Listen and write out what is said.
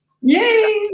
Yay